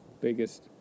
Biggest